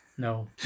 No